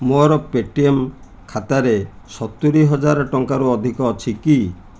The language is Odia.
ମୋର ପେଟିଏମ୍ ଖାତାରେ ସତୁରିହଜାର ଟଙ୍କାରୁ ଅଧିକ ଅଛି କି